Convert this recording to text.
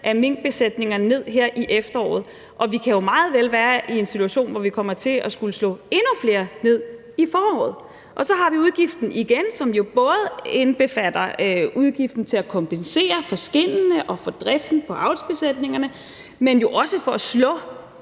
af minkbesætningerne ned her i efteråret, og vi kan meget vel være i en situation, hvor vi kommer til at skulle slå endnu flere ned i foråret, og så har vi igen udgiften, som både indbefatter udgiften til at kompensere for skindene og for driften af avlsbesætningerne, men jo også for at slå